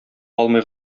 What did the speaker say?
алмый